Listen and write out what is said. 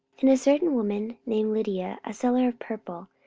and a certain woman named lydia, a seller of purple,